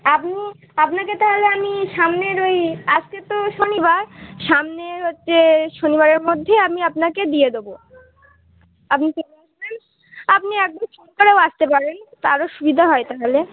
আপনি আপনাকে তাহালে আমি সামনের ওই আজকে তো শনিবার সামনের হচ্ছে শনিবারের মধ্যে আমি আপনাকে দিয়ে দেবো আপনি চলে আসবেন আপনি একদম ফোন করেও আসতে পারেন আরও সুবিধা হয় তাহালে